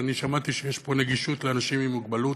ואני שמעתי שיש פה נגישות לאנשים עם מוגבלות,